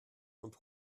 und